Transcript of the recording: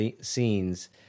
scenes